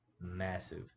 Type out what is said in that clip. massive